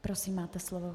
Prosím, máte slovo.